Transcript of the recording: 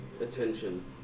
attention